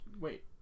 wait